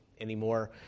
anymore